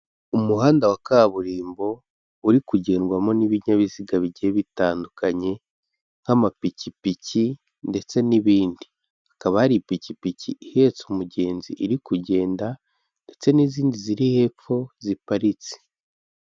Umuhanda wa kaburimbo uri kugendwamo n'ibinyabiziga bigiye bitandukanye nk'amapikipiki ndetse n'ibindi, hakaba hari ipikipiki ihetse umugenzi iri kugenda ndetse n'izindi ziri hepfo ziparitse.